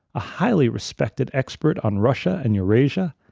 a highly respected expert on russia and eurasia,